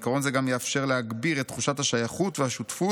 עיקרון זה גם יאפשר להגביר את תחושת השייכות והשותפות